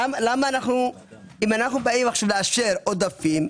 אם אנו באים לאשר עודפים,